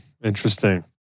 interesting